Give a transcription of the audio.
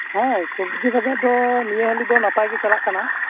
ᱦᱮᱸ ᱥᱚᱵᱡᱤ ᱵᱟᱡᱟᱨ ᱫᱚ ᱱᱤᱭᱟᱹ ᱜᱷᱟᱹᱲᱤ ᱫᱚ ᱱᱟᱯᱟᱭᱜᱮ ᱪᱟᱞᱟᱜ ᱠᱟᱱᱟ